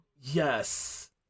Yes